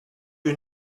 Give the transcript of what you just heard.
you